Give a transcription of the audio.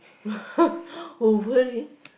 over~